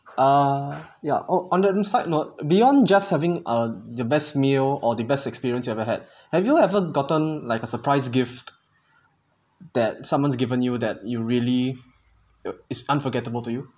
err ya or on the other side not beyond just having uh the best meal or the best experience you've ever had have you ever gotten like a surprise gift that someone's given you that you really is unforgettable to you